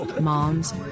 moms